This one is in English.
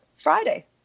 Friday